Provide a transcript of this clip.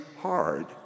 hard